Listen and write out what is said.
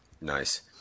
Nice